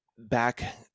back